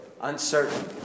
uncertain